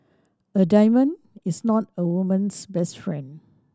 a diamond is not a woman's best friend